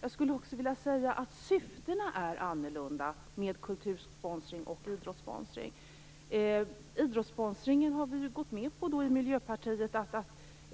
Jag skulle också vilja säga att syftena är annorlunda med kultursponsring jämfört med idrottssponsring. Idrottssponsringen har vi i Miljöpartiet gått med på.